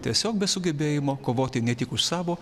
tiesiog be sugebėjimo kovoti ne tik už savo